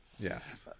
Yes